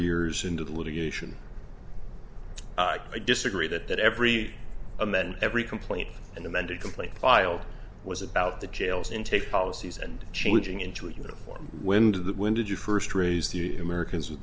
years into the litigation i disagree that that every amend every complaint and amended complaint filed was about the jail's intake policies and changing into a uniform wind that when did you first raise the americans with